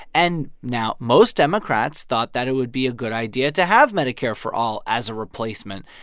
and now, most democrats thought that it would be a good idea to have medicare for all as a replacement.